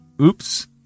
Oops